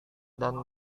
dan